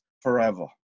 forever